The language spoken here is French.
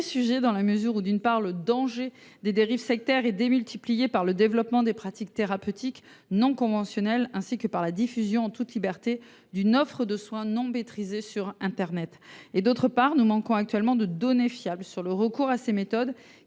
s’agit d’un vrai sujet. Le danger des dérives sectaires est démultiplié par le développement des pratiques thérapeutiques non conventionnelles, ainsi que par la diffusion incontrôlée d’une offre de soins non maîtrisée sur internet. Or nous manquons actuellement de données fiables quant au recours à ces méthodes.